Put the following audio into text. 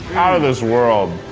out of this world.